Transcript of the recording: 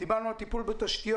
דיברנו גם על טיפול בתשתיות.